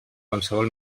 qualsevol